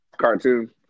cartoon